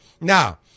Now